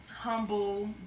humble